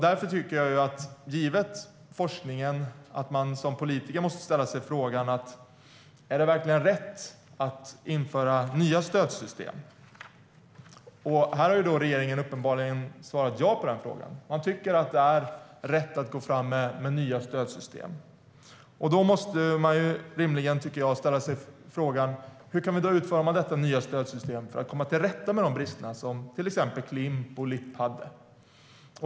Därför tycker jag, givet forskningen, att man som politiker måste ställa sig frågan om det verkligen är rätt att införa nya stödsystem. Här har regeringen uppenbarligen svarat ja på den frågan. Man tycker att det är rätt att gå fram med nya stödsystem. Då måste man rimligen, tycker jag, ställa sig frågan hur vi kan utforma detta nya stödsystem för att komma till rätta med de brister som till exempel Klimp och LIP hade.